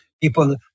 people